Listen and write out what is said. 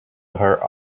her